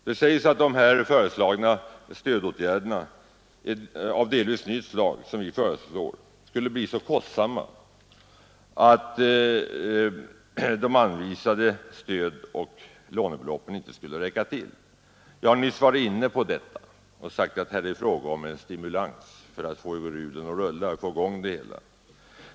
Det sägs att de stödåtgärder av delvis nytt slag som vi föreslår skulle bli så kostsamma att de anvisade stödoch lånebeloppen inte skulle räcka till. Jag sade dock alldeles nyss att det är fråga om stimulansåtgärder för att få hjulen att rulla, för att få i gång det hela.